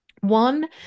One